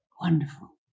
Wonderful